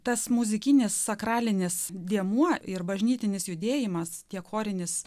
tas muzikinis sakralinis dėmuo ir bažnytinis judėjimas tiek chorinis